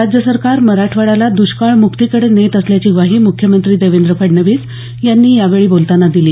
राज्य सरकार मराठवाड्याला दुष्काळ मुक्तीकडे नेत असल्याची ग्वाही मुख्यमंत्री देवेंद्र फडणवीस यांनी यावेळी बोलतांना दिली